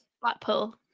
Blackpool